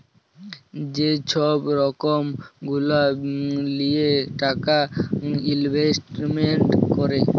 যে ছব রকম গুলা লিঁয়ে টাকা ইলভেস্টমেল্ট ক্যরে